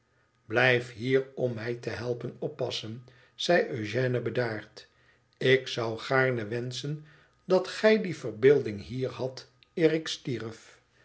blijf hier om mij te helpen oppassen zei eugène bedaard ik zou gaarne wenschen dat gij die verbeelding hier hadt eer ik sterf